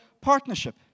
partnership